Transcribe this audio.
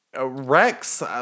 Rex